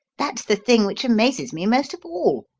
that's the thing which amazes me most of all.